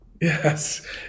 Yes